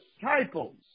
disciples